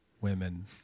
women